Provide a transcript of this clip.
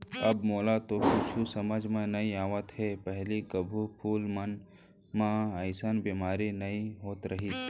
अब मोला तो कुछु समझ म नइ आवत हे, पहिली कभू फूल मन म अइसन बेमारी नइ होत रहिस